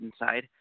inside